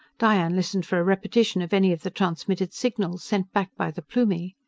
diane listened for a repetition of any of the transmitted signals, sent back by the plumie.